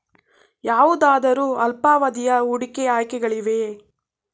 ಯಾವುದಾದರು ಅಲ್ಪಾವಧಿಯ ಹೂಡಿಕೆ ಆಯ್ಕೆಗಳಿವೆಯೇ?